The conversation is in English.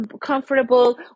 comfortable